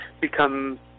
become